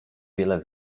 wiele